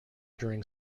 during